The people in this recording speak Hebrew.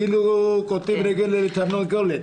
כאילו קוטעים רגל לתרנגולת.